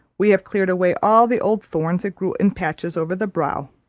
we have cleared away all the old thorns that grew in patches over the brow.